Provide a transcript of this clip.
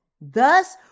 Thus